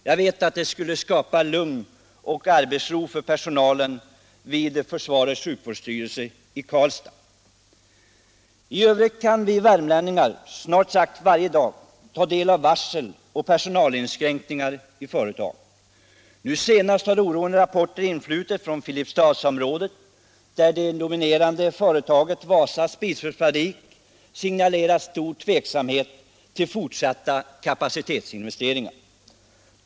Jag vet att det skulle skapa lugn och arbetsro för personalen vid försvarets sjukvårdsstyrelse i Karlstad. I övrigt kan vi värmlänningar snart sagt varje dag ta del av varsel och personalinskränkningar i företag. Nu senast har oroande rapporter influtit från Filipstadsområdet, där det dominerande företaget Wasabröd AB signalerat stor tveksamhet till fortsatta kapacitetsinvesteringar.